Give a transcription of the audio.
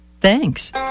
Thanks